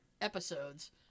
episodes